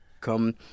come